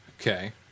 Okay